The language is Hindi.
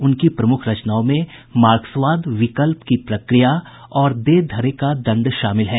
उनकी प्रमुख रचनाओं में मार्क्सवाद विकल्प की प्रक्रिया और देह धरे का दंड शामिल है